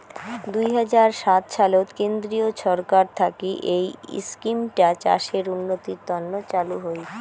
দুই হাজার সাত সালত কেন্দ্রীয় ছরকার থাকি এই ইস্কিমটা চাষের উন্নতির তন্ন চালু হই